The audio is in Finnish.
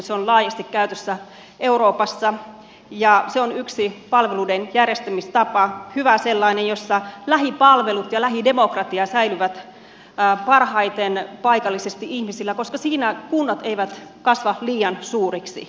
se on laajasti käytössä euroopassa ja se on yksi palveluiden järjestämistapa hyvä sellainen jossa lähipalvelut ja lähidemokratia säilyvät parhaiten paikallisesti ihmisillä koska siinä kunnat eivät kasva liian suuriksi